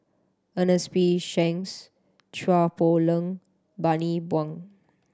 Ernest P Shanks Chua Poh Leng Bani Buang